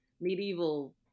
medieval